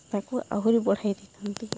ତାକୁ ଆହୁରି ବଢ଼ାଇ ଦେଇଥାନ୍ତି